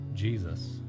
Jesus